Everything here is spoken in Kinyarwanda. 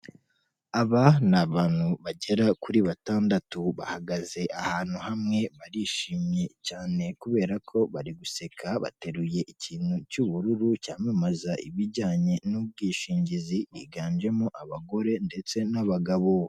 Aba ni abantu bagera kuri batandatu bahagaze ahantu hamwe, barishimye cyane kubera ko bari guseka, bateruye ikintu cy'ubururu cyamamaza ibijyanye n'ubwishingizi, higanjemo abagore ndetse n'abagabo.